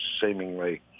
seemingly –